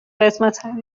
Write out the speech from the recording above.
قسمتم